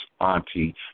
Auntie